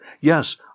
Yes